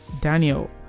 daniel